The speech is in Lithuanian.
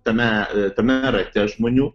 tame tame rate žmonių